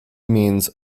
means